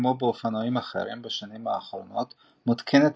כמו באופנועים אחרים בשנים האחרונות מותקנת